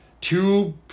two